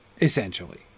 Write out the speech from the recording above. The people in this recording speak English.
essentially